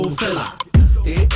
fella